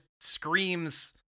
screams